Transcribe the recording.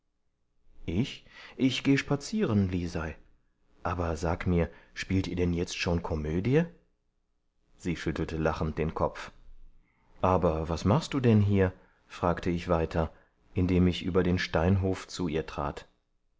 ich ich geh spazieren lisei aber sag mir spielt ihr denn schon jetzt komödie sie schüttelte lachend den kopf aber was machst du denn hier fragte ich weiter indem ich über den steinhof zu ihr trat